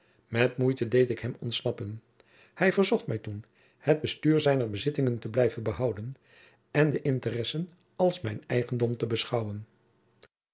met moeite deed ik hem ontsnappen hij verzocht mij toen het bestuur zijner bezittingen te blijven behouden en de interessen als mijn eigendom te beschouwen